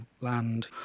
land